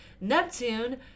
Neptune